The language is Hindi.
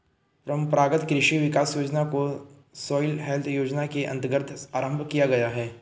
परंपरागत कृषि विकास योजना को सॉइल हेल्थ योजना के अंतर्गत आरंभ किया गया है